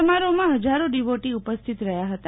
સમારોફમાં હજારો ડિવોટી ઉપસ્થિત રહ્યા હતા